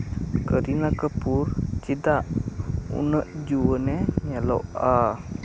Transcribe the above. ᱠᱟᱨᱤᱱᱟ ᱠᱟᱯᱩᱨ ᱪᱮᱫᱟᱜ ᱩᱱᱟᱹᱜ ᱡᱩᱣᱟᱹᱱᱮ ᱧᱮᱞᱚᱜᱼᱟ